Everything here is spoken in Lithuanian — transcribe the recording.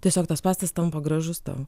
tiesiog tas pastatas tampa gražus tau